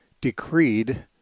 decreed